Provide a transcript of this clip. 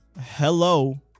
hello